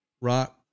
rock